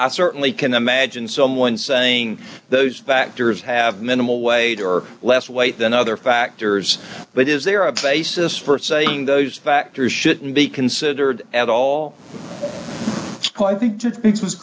i certainly can imagine someone saying those factors have minimal weight or less weight than other factors but is there a basis for saying those factors shouldn't be considered at all quite think it was